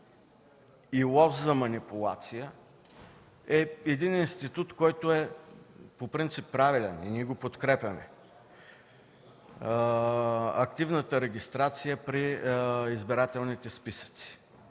и лост за манипулация е един институт, който по принцип е правилен и ние го подкрепяме – активната регистрация при избирателните списъци.